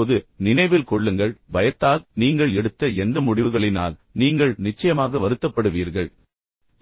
இப்போது நினைவில் கொள்ளுங்கள் பயத்தால் நீங்கள் எடுத்த எந்த முடிவுகளினால் நீங்கள் நிச்சயமாக வருத்தப்படுவீர்கள்